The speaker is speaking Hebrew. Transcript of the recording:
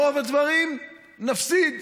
ברוב הדברים נפסיד.